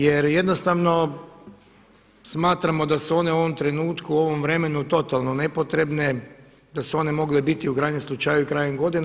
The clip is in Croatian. Jer jednostavno smatramo da su one u ovom trenutku u ovom vremenu totalno nepotrebne, da su one mogle biti u krajnjem slučaju krajem godine.